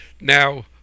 now